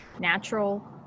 natural